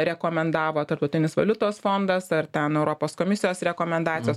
rekomendavo tarptautinis valiutos fondas ar ten europos komisijos rekomendacijos